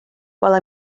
while